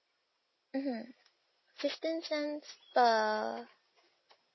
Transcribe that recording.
mmhmm fifteen cents per